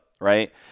right